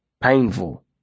Painful